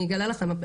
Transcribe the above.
אני אגלה לכם,